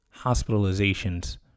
hospitalizations